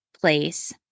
place